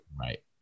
right